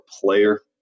player